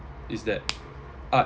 is that art